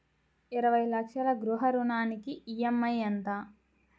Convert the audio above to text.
ఇరవై లక్షల గృహ రుణానికి ఈ.ఎం.ఐ ఎంత?